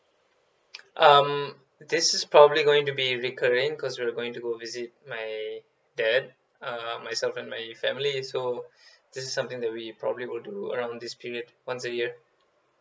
um this is probably going to be recurring cause we're going to go visit my dad uh myself and my family so this is something that we probably will do around this period once a year